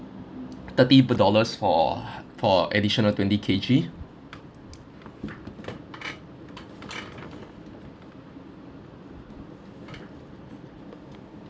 thirty dollars for for additional twenty K_G